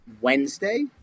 Wednesday